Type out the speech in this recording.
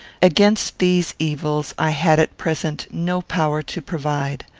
against these evils i had at present no power to provide.